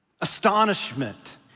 Astonishment